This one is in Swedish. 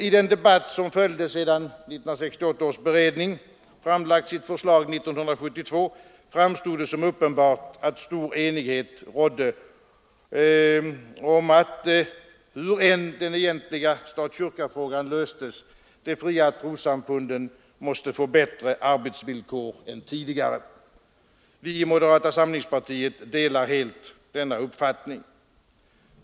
I den debatt som följt sedan 1968 års beredning framlagt sitt förslag 1972 framstod det som uppenbart att stor enighet rådde om att hur den egentliga stat—kyrka-frågan än löstes, de fria trossamfunden måste få bättre arbetsvillkor än tidigare. Vi i moderata samlingspartiet delar helt denna uppfattning.